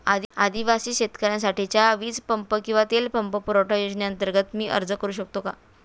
आदिवासी शेतकऱ्यांसाठीच्या वीज पंप किंवा तेल पंप पुरवठा योजनेअंतर्गत मी अर्ज करू शकतो का?